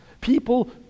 People